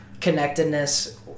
connectedness